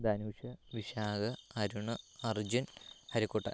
Dhanush Vishakh Arun Arjun Harikuttan